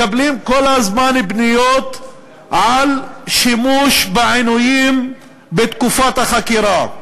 מקבלים כל הזמן פניות על שימוש בעינויים בתקופת החקירה,